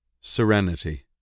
SERENITY